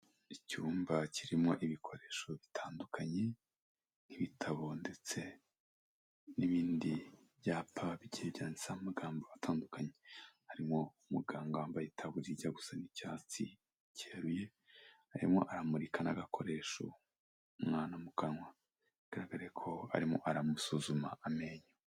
Icyumba kirimo ibikoresho bitandukanye nk'ibitabo ndetse n'ibindi byapa bigiye byanditseho amagambo atandukanye. Harimo umuganga wambaye itaburiya ijya gusa n'icyatsi cyeruye, arimo aramurika n'agakoresho umwana mu kanwa, bigaragare ko arimo aramusuzuma amenyo.